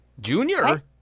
Junior